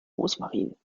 rosmarin